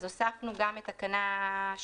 הוספנו גם את תקנה 8,